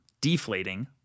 deflating